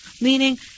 Meaning